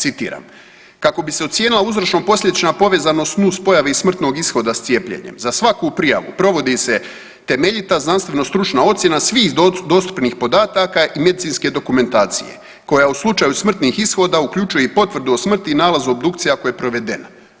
Citiram, kako bi se ocijenila uzročno posljedična povezanost nus pojave i smrtnog ishoda s cijepljenjem za svaku prijavu provodi se temeljita znanstveno stručna ocjena svih dostupnih podataka i medicinske dokumentacije koja u slučaju smrtnih ishoda uključuje i potvrdu o smrti i nalazu obdukcije ako je provedena.